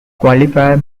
qualifier